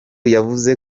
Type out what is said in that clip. yavuze